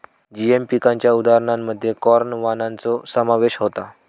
GM पिकांच्या उदाहरणांमध्ये corn वाणांचो समावेश होता